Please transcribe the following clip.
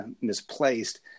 misplaced